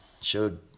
showed